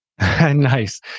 Nice